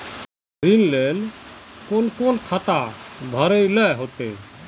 ऋण लेल कोन कोन खाता भरेले होते?